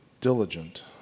diligent